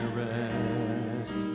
rest